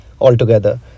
altogether